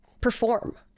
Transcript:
perform